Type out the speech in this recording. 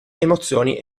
emozioni